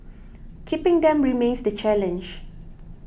keeping them remains the challenge